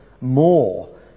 more